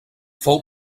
fou